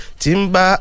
timba